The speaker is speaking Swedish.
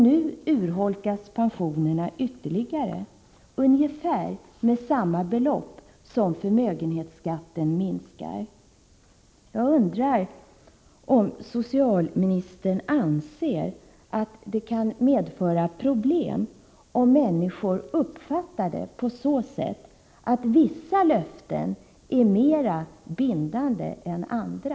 Nu urholkas pensionerna ytterligare, ungefär med samma belopp som förmögenhetsskatten minskar. Jag undrar om socialministern anser att det kan medföra problem, om människor uppfattar detta så, att vissa löften är mer bindande än andra.